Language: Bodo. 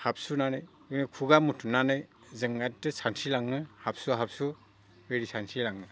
हाबसोनानै जों खुगा मुथेनानै जों सानस्रिलांनो हाबसु हाबसु दै सानस्रिलाङो